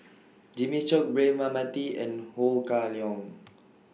Jimmy Chok Braema Mathi and Ho Kah Leong